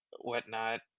whatnot